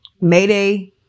Mayday